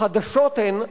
החדשות הן,